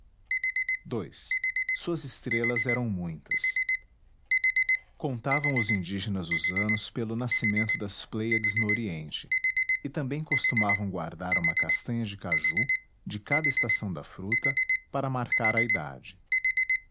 ocupa ii suas estrelas eram muitas contavam os indígenas os anos pelo nascimento das plêiades no oriente e também costumavam guardar uma castanha de caju de cada estação da fruta para marcar a idade